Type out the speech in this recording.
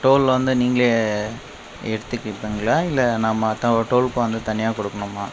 toll வந்து நீங்களே எடுத்துக்கீப்பீங்களா இல்லை நான் மற்ற டோலுக்கும் வந்து தனியாக கொடுக்கணுமா